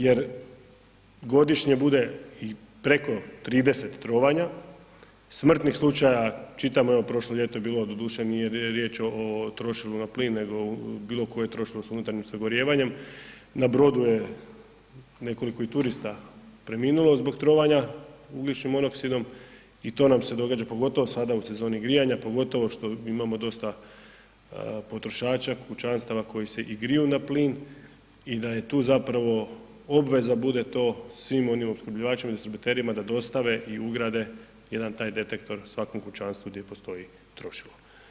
Jer godišnje bude i preko 30 trovanja, smrtnih slučaja čitamo evo prošlo ljeto je bilo doduše nije riješ o trošilu na plin nego bilo koje trošilo sa unutarnjim sagorijevanjem, na brodu je nekoliko i turista preminulo zbog trovanja ugljičnim monoksidom i to nam se događa pogotovo sada u sezoni grijanja pogotovo što imamo dosta potrošača, kućanstava koji se i griju na plin i da je tu zapravo, obveza bude to svim onim opskrbljivačima i distributerima da dostave i ugrade jedan taj detektor svakom kućanstvu gdje postoji trošilo.